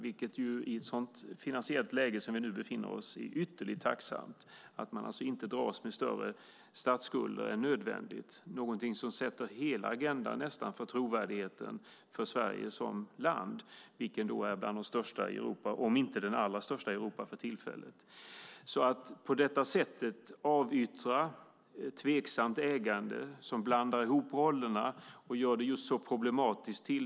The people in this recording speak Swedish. I ett sådant finansiellt läge som vi nu befinner oss i är det ytterligt tacksamt, att man alltså inte dras med större statsskulder än nödvändigt. Det är någonting som sätter nästan hela agendan för trovärdigheten för Sverige som land, vilken är bland de största i Europa, om inte den allra största i Europa för tillfället. Det finns motiv för att avyttra ett tveksamt ägande som blandar ihop rollerna och gör det just problematiskt.